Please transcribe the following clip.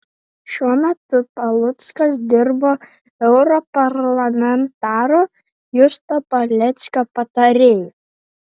šiuo metu paluckas dirbo europarlamentaro justo paleckio patarėju